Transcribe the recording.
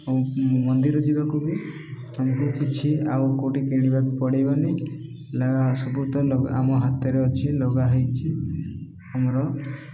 ଆଉ ମନ୍ଦିର ଯିବାକୁ ବି ଆମକୁ କିଛି ଆଉ କେଉଁଠି କିଣିବାକୁ ପଡ଼ବନି ଲା ସବୁ ତ ଆମ ହାତରେ ଅଛି ଲଗା ହେଇଛି ଆମର